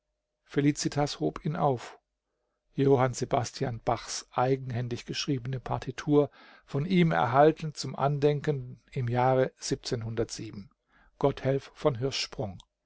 felicitas hob ihn auf johann sebastian bachs eigenhändig geschriebene partitur von ihm erhalten zum andenken im jahre gotthelf von